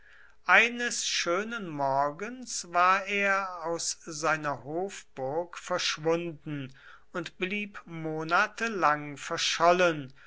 eines schönen morgens war er aus seiner hofburg verschwunden und blieb monate lang verschollen